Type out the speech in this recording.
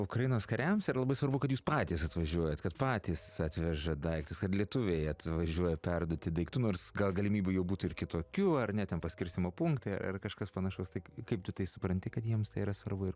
ukrainos kariams yra labai svarbu kad jūs patys atvažiuojat kad patys atvežat daiktus kad lietuviai atvažiuoja perduoti daiktų nors gal galimybių jau būtų ir kitokių ar ne ten paskirstymo punktai ar ar kažkas panašaus tai kaip tu tai supranti kad jiems tai yra svarbu ir